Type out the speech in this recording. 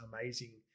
amazing